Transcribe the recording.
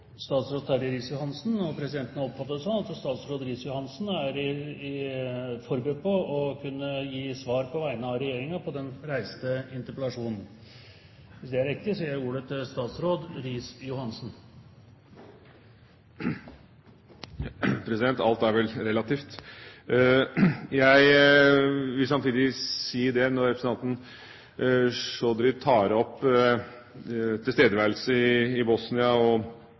Terje Riis-Johansen, og presidenten har oppfattet det sånn at statsråd Riis-Johansen er forberedt på, på vegne av regjeringen, å kunne gi svar på interpellasjonen som er reist. Hvis dette er riktig, gir jeg ordet til statsråd Riis-Johansen. Alt er vel relativt. Jeg vil si, når representanten Chaudhry tar opp tilstedeværelse i Bosnia og